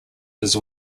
his